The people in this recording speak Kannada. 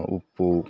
ಉಪ್ಪು